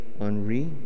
Henri